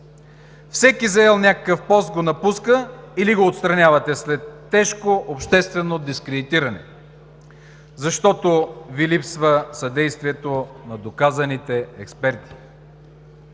Всеки, заел някакъв пост, го напуска или го отстранявате след тежко обществено дискредитиране, защото Ви липсва съдействието на доказаните експерти